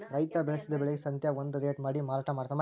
ರೈತಾ ಬೆಳಸಿದ ಬೆಳಿಗೆ ಸಂತ್ಯಾಗ ಒಂದ ರೇಟ ಮಾಡಿ ಮಾರಾಟಾ ಮಡ್ತಾರ